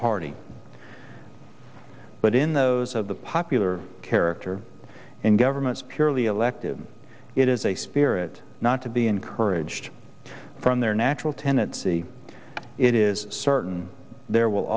party but in those of the popular character and governments purely elective it is a spirit not to be encouraged from their natural tendency it is certain there will